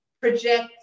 project